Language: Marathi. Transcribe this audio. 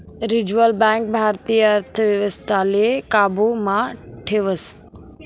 रिझर्व बँक भारतीय अर्थव्यवस्थाले काबू मा ठेवस